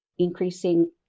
increasing